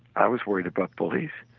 i was worried about police,